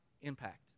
impact